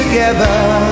Together